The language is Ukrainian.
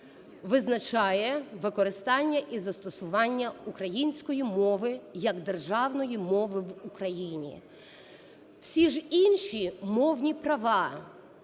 визначає використання і застосування української мови як державної мови в Україні, всі ж інші мовні права